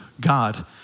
God